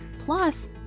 plus